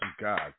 God